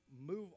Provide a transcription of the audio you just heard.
move